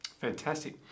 Fantastic